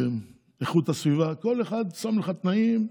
איכות הסביבה כל אחד שם לך תנאים.